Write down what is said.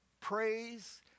praise